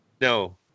No